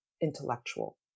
intellectual